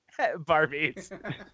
Barbies